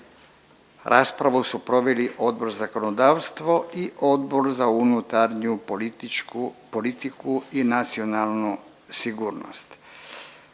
Raspravu su proveli Odbor za zakonodavstvo i Odbor za unutarnju politiku i nacionalnu sigurnost.